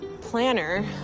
planner